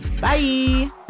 bye